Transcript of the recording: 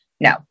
No